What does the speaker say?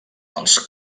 els